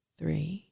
three